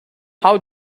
how